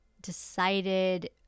decided